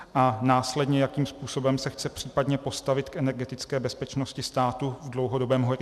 3. následně jakým způsobem se chce případně postavit k energetické bezpečnosti státu v dlouhodobém horizontu;